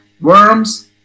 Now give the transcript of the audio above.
worms